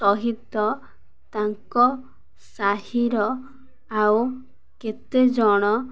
ସହିତ ତାଙ୍କ ସାହିର ଆଉ କେତେ ଜଣ